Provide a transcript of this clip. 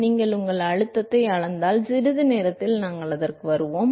எனவே நீங்கள் உங்கள் அழுத்தத்தை அளந்தால் சிறிது நேரத்தில் நாங்கள் அதற்கு வருவோம்